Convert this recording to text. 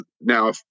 now